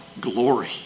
glory